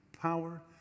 power